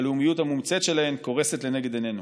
שהלאומיות המומצאת שלהם קורסת לנגד עינינו.